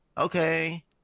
okay